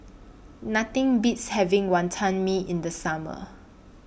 Nothing Beats having Wantan Mee in The Summer